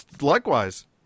Likewise